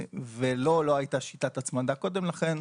ולו לא הייתה שיטת הצמדה קודם לכן,